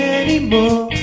anymore